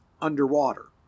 underwater